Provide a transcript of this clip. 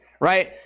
right